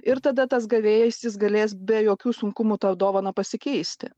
ir tada tas gavėjas jis galės be jokių sunkumų tą dovaną pasikeisti